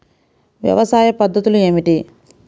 వ్యవసాయ పద్ధతులు ఏమిటి?